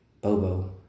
Bobo